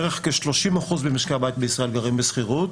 בערך כ-30% ממשקי הבית בישראל גרים בשכירות,